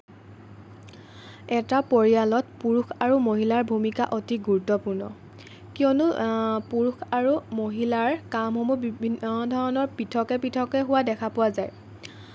এটা পৰিয়ালত পুৰুষ আৰু মহিলাৰ ভূমিকা অতি গুৰুত্বপূৰ্ণ কিয়নো পুৰুষ আৰু মহিলাৰ কামসমূহ বিভিন্ন ধৰণৰ পৃথকে পৃথকে হোৱা দেখা যায়